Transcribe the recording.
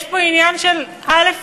יש פה עניין של, א.